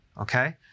okay